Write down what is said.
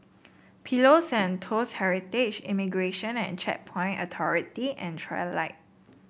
Pillows and Toast Heritage Immigration and Checkpoint Authority and Trilight